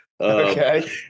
Okay